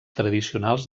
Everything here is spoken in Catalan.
tradicionals